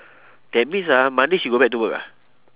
that means ah monday she go back to work ah